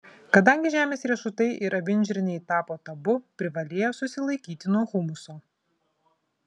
kadangi žemės riešutai ir avinžirniai tapo tabu privalėjo susilaikyti nuo humuso